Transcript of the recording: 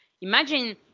imagine